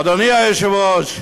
אדוני היושב-ראש,